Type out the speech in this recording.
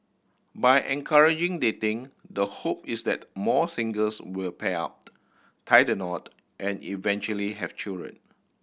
by encouraging dating the hope is that more singles will pair up tie the knot and eventually have children